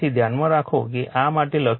તેથી ધ્યાનમાં રાખો કે આ માટે આ લખ્યું છે